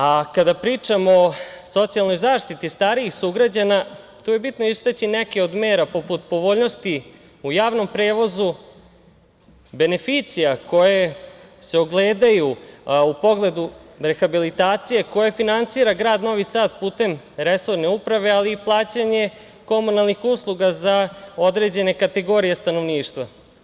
A kada pričamo o socijalnoj zaštiti starijih sugrađana, tu je bitno istaći neke od mera, poput povoljnosti u javnom prevozu, beneficija koje se ogledaju u pogledu rehabilitacije koju finansira grad Novi Sad putem resorne uprave, ali i plaćanje komunalnih usluga za određene kategorije stanovništva.